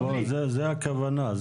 זאת הכוונה,